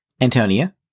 Antonia